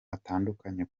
atandukanye